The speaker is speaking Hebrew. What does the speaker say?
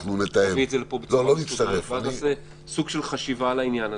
נביא את זה לפה בצורה מסודרת ונעשה סוג של חשיבה על העניין הזה.